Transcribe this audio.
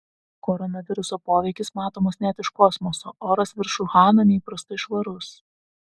koronaviruso poveikis matomas net iš kosmoso oras virš uhano neįprastai švarus